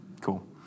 cool